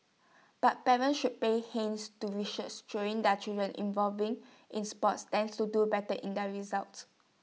but parents should pay hence to research showing that children involving in sports tend to do better in their results